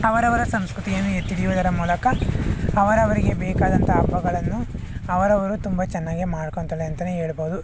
ಅವರವರ ಸಂಸ್ಕೃತಿಯನ್ನು ಎತ್ತಿ ಹಿಡಿಯುವುದರ ಮೂಲಕ ಅವರವರಿಗೆ ಬೇಕಾದಂಥ ಹಬ್ಬಗಳನ್ನು ಅವರವರು ತುಂಬ ಚೆನ್ನಾಗೇ ಮಾಡ್ಕೊಳ್ತಾಳೆ ಅಂತಲೇ ಹೇಳ್ಬೋದು